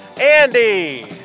Andy